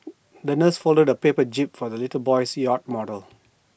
the nurse folded A paper jib for the little boy's yacht model